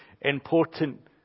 important